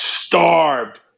starved